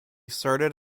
started